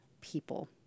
people